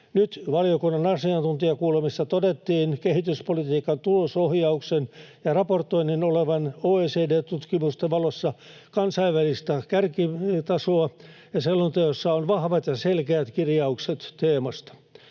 Nyt valiokunnan asiantuntijakuulemisissa todettiin kehityspolitiikan tulosohjauksen ja raportoinnin olevan OECD-tutkimusten valossa kansainvälistä kärkitasoa, ja selonteossa on vahvat ja selkeät kirjaukset teemasta.